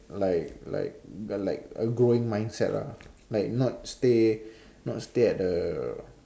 like like like a growing mindset lah like not stay not stay at the